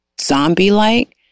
zombie-like